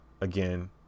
again